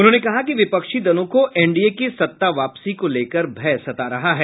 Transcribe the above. उन्होंने कहा कि विपक्षी दलों को एनडीए की सत्तावापसी को लेकर भय सता रहा है